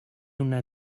una